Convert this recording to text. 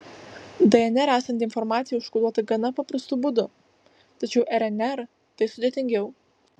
dnr esanti informacija užkoduota gana paprastu būdu tačiau rnr tai sudėtingiau